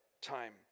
time